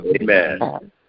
Amen